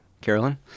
Carolyn